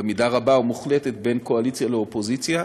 במידה רבה, מוחלטת, בין קואליציה לאופוזיציה.